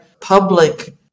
public